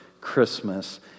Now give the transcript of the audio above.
Christmas